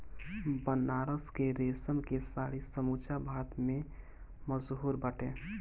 बनारस के रेशम के साड़ी समूचा भारत में मशहूर बाटे